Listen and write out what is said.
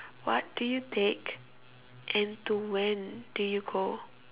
what do you take and to when do you go